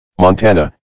Montana